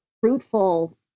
fruitful